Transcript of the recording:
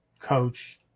coach